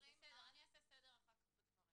בסדר, אני אעשה סדר אחר כך בדברים.